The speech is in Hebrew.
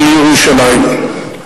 על ירושלים.